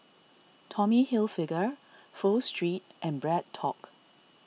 Tommy Hilfiger Pho Street and BreadTalk